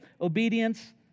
obedience